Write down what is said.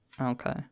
okay